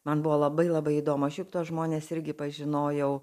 man buvo labai labai įdomu aš juk tuos žmones irgi pažinojau